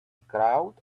crowd